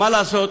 מה לעשות,